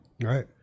right